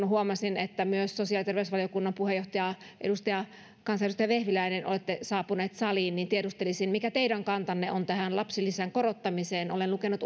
huomasin että myös sosiaali ja terveysvaliokunnan puheenjohtaja kansanedustaja vehviläinen on saapunut saliin niin tiedustelisin tieltä mikä teidän kantanne on tähän lapsilisän korottamiseen olen lukenut